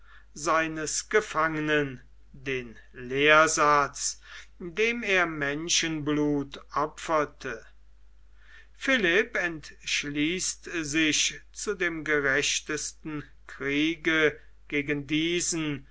seines gefangenen den lehrsatz dem er menschenblut opferte philipp entschließt sich zu dem gerechtesten kriege gegen diesen